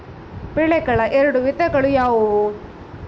ಬೆಳೆಗಳ ಎರಡು ವಿಧಗಳು ಯಾವುವು?